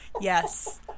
yes